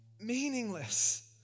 meaningless